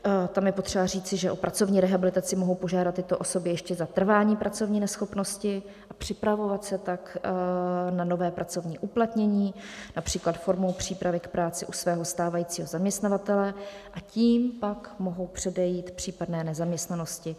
Tam je potřeba říci, že o pracovní rehabilitaci mohou požádat tyto osoby ještě za trvání pracovní neschopnosti, připravovat se tak na nové pracovní uplatnění například formou přípravy k práci u svého stávajícího zaměstnavatele a tím pak mohou předejít případné nezaměstnanosti.